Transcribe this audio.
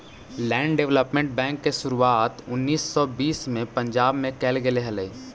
land development bank के शुरुआत उन्नीस सौ बीस में पंजाब में कैल गेले हलइ